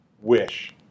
wish